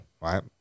right